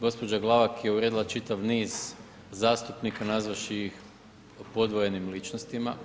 Gospođa Glavak je uvrijedila čitav niz zastupnika nazvavši ih podvojenim ličnostima.